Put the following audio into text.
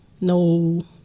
no